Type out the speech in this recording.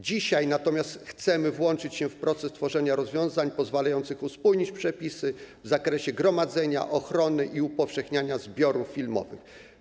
Dzisiaj natomiast chcemy włączyć się w proces tworzenia rozwiązań pozwalających uspójnić przepisy w zakresie gromadzenia, ochrony i upowszechniania zbiorów filmowych.